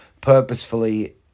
purposefully